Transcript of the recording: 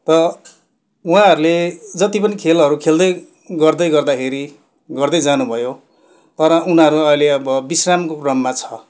त उहाँहरूले जति पनि खेलहरू खेल्दै गर्दै गर्दाखेरि गर्दै जानुभयो तर उनीहरू अहिले अब विश्रामको क्रममा छ